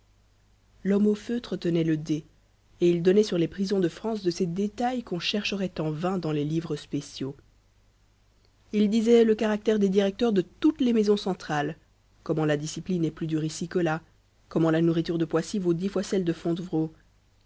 l'homme au feutre tenait le dé et il donnait sur les prisons de france de ces détails qu'on chercherait en vain dans les livres spéciaux il disait le caractère des directeurs de toutes les maisons centrales comment la discipline est plus dure ici que là comment la nourriture de poissy vaut dix fois celle de